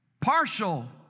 Partial